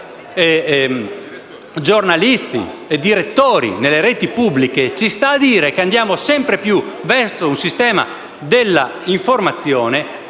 giornalisti e direttori dalle reti pubbliche ci sta a dire che andiamo sempre più verso un sistema dell'informazione